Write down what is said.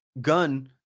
gun